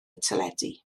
teledu